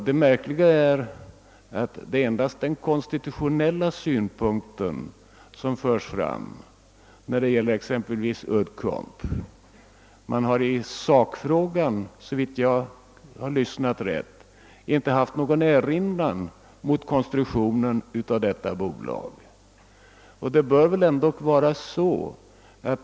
Det märkliga är att det endast är konstitutionella invändningar som har riktats exempelvis mot Uddcomb; i sakfrågan har man såvitt jag hört inte gjort någon erinran mot konstruktionen av detta bolag.